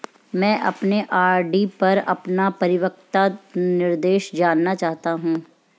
मैं अपने आर.डी पर अपना परिपक्वता निर्देश जानना चाहता हूं